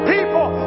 People